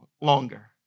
longer